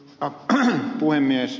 arvoisa puhemies